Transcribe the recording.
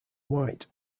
white